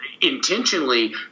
intentionally